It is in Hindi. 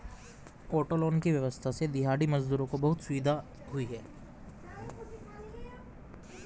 ऑटो लोन की व्यवस्था से दिहाड़ी मजदूरों को बहुत सुविधा हुई है